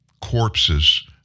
corpses